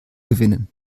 gewinnen